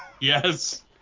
Yes